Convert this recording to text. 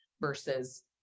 versus